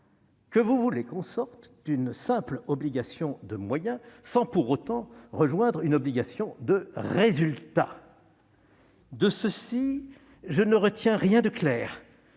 nous dites vouloir que l'on sorte d'une simple obligation de moyens sans pour autant rejoindre une obligation de résultat. De ceci, je ne retiens rien de clair.